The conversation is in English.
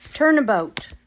Turnabout